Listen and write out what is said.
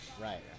Right